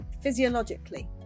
physiologically